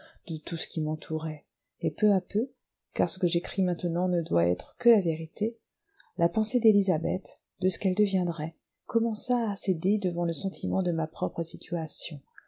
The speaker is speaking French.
de tout ce qui m'entourait et peu à peu car ce que j'écris maintenant ne doit être que la vérité la pensée d'élisabeth de ce qu'elle deviendrait commença à céder devant le sentiment de ma propre situation